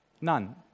none